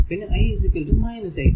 പിന്നെ i 8